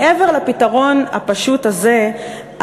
מעבר לפתרון הפשוט הזה,